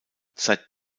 seit